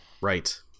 Right